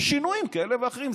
יש שינויים כאלה ואחרים,